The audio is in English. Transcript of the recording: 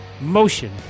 motion